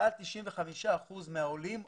מעל 95 אחוזים מהעולים עובדים.